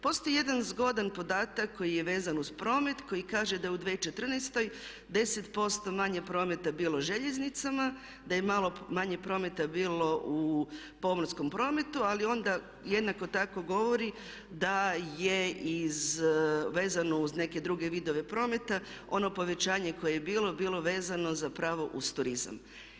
Postoji jedan zgodan podatak koji je vezan uz promet koji kaže da je u 2014. 10% manje prometa bilo željeznicama, da je malo manje prometa bilo u pomorskom prometu ali onda jednako tako govori da je iz, vezano uz neke druge vidove prometa ono povećanje koje je bilo, bilo vezano zapravo uz turizam.